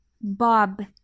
Bob